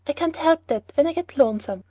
i can't help that when i get lonesome.